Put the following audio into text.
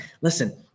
Listen